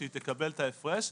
שתקבל את ההפרש.